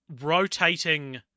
rotating